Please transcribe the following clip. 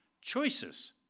choices